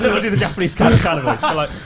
never do the japanese kind of kind of but like